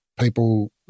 people